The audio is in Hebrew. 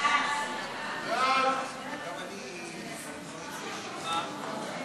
חוק הביטוח הלאומי